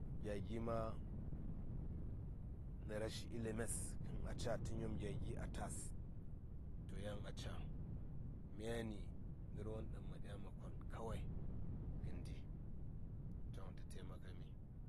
Gya gi ma nə rashi ilimes in a ca tə nyom gya gi a tas to yan a ca myani ngər won ɗaŋ ma ɗya ma kon kawai ngəndi ɗaŋ tə temakami.